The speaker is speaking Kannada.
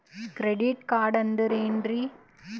ಕ್ರೆಡಿಟ್ ಕಾರ್ಡ್ ಅಂದ್ರ ಏನ್ರೀ?